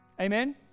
amen